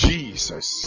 Jesus